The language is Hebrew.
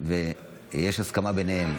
ויש הסכמה ביניהם,